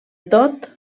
tot